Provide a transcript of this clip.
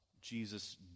Jesus